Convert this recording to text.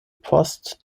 post